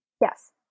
Yes